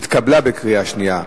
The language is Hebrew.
נתקבלה בקריאה שנייה.